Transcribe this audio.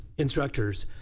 instructors.